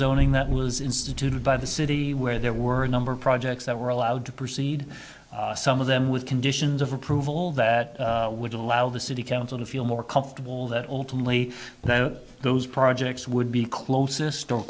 owning that was instituted by the city where there were a number of projects that were allowed to proceed some of them with conditions of approval that would allow the city council to feel more comfortable that ultimately those projects would be closest store